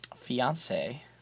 fiance